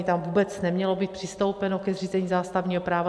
Tam vůbec nemělo být přistoupeno ke zřízení zástavního práva.